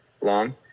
long